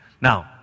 Now